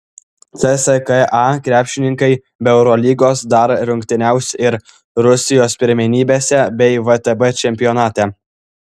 cska krepšininkai be eurolygos dar rungtyniaus ir rusijos pirmenybėse bei vtb čempionate